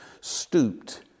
stooped